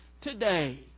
today